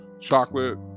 chocolate